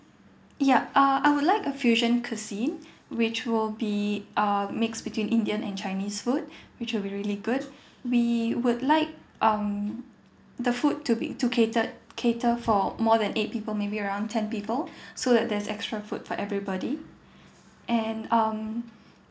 ya uh I would like a fusion cuisine which will be uh mixed between indian and chinese food which will be really good we would like um the food to be to catered cater for more than eight people maybe around ten people so that there's extra food for everybody and um